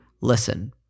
listen